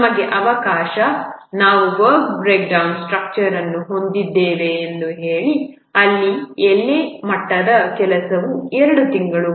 ನಮಗೆ ಅವಕಾಶ ನಾವು ವರ್ಕ್ ಬ್ರೇಕ್ಡೌನ್ ಸ್ಟ್ರಕ್ಚರ್ ಅನ್ನು ಹೊಂದಿದ್ದೇವೆ ಎಂದು ಹೇಳಿ ಅಲ್ಲಿ ಎಲೆ ಮಟ್ಟದ ಕೆಲಸವು 2 ತಿಂಗಳುಗಳು